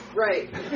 Right